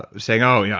saying, oh, yeah,